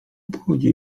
obchodzi